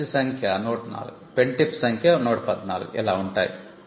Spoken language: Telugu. cartridge సంఖ్య104 పెన్ టిప్ సంఖ్య 114 ఇలా ఉంటాయి